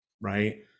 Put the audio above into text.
right